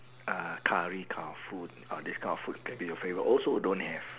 uh curry this kind of food or this kind of food can be your favorite also don't have